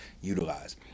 utilize